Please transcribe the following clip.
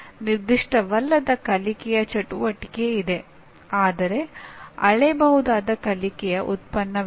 ನಿರ್ದಿಷ್ಟವಲ್ಲದ ಕಲಿಕೆಯ ಚಟುವಟಿಕೆ ಇದೆ ಆದರೆ ಅಳೆಯಬಹುದಾದ ಕಲಿಕೆಯ ಉತ್ಪನ್ನವಿಲ್ಲ